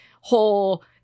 whole